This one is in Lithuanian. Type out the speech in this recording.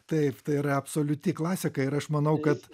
taip tai yra absoliuti klasika ir aš manau kad